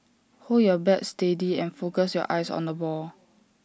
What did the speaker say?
hold your bat steady and focus your eyes on the ball